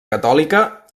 catòlica